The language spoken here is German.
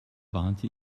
warnte